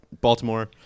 Baltimore